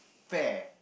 fair